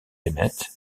bennett